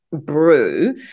brew